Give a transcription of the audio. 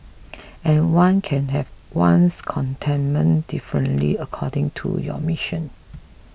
and one can have one's contentment differently according to your mission